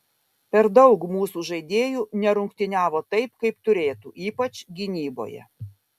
per daug mūsų žaidėjų nerungtyniavo taip kaip turėtų ypač gynyboje